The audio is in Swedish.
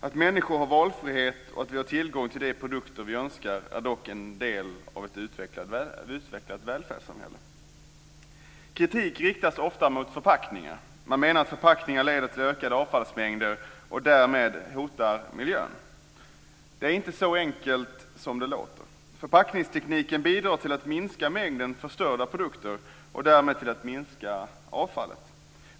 Att människor har valfrihet och att vi har tillgång till de produkter vi önskar är en del av ett utvecklat välfärdssamhälle. Kritik riktas ofta mot förpackningar. Man menar att förpackningar leder till ökade avfallsmängder och därmed hotar miljön. Det är inte så enkelt som det låter. Förpackningstekniken bidrar till att minska mängden förstörda produkter och därmed till att minska avfallet.